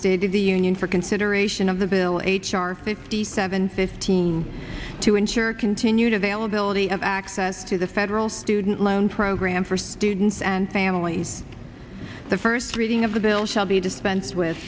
state of the union for consideration of the bill h r fifty seven fifteen to ensure continued availability of access to the federal student loan program for students and families the first reading of the bill shall be dispensed with